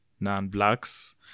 non-blacks